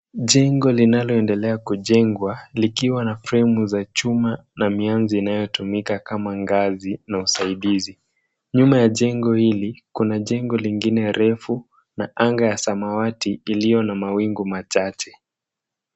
Jengo linaloendelea kujengwa likiwa na fremu za chuma na mianzi inayotumika kama ngazi na usaidizi. Nyuma ya jengo hili kuna jengo lingine refu na anga ya samawati iliyo na mawingu machache.